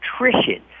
Nutrition